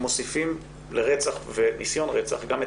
אנחנו מוסיפים לרצח וניסיון רצח גם את